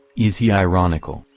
is he ironical,